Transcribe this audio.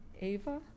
Ava